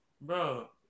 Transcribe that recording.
bro